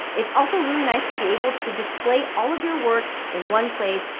it's also really nice to be able to display all of your work in one place.